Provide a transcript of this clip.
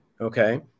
Okay